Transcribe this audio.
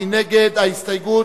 מי נגד ההסתייגות?